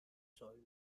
sol